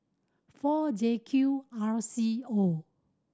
four J Q R C O